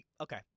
Okay